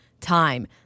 time